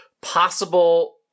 possible –